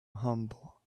humble